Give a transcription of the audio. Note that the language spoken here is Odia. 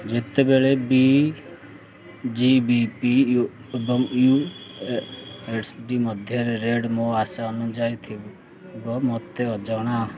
ଯେତେବେଳେ ବି ଜି ବି ପି ଏବଂ ୟୁ ଏସ୍ ଡ଼ି ମଧ୍ୟରେ ରେଟ୍ ମୋ ଆଶା ଅନୁଯାୟୀ ଥିବ ମୋତେ ଜଣାଅ